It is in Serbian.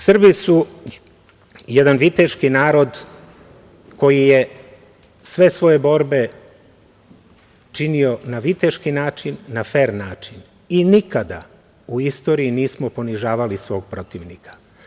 Srbi su jedan viteški narod koji je sve svoje borbe činio na viteški način, na fer način i nikada u istoriji nismo ponižavali svog protivnika.